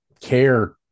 care